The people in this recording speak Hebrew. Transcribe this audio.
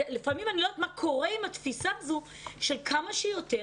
לפעמים אני לא יודעת מה קורה עם התפיסה הזו של כמה שיותר